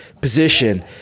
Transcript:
position